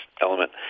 element